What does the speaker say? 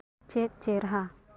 ᱪᱮᱫ ᱪᱮᱨᱦᱟ